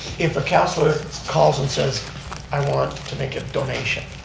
if a councilor calls and says i want to make a donation